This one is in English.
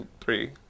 three